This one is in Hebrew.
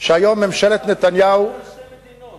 שהיום ממשלת נתניהו, דיבר על שתי מדינות?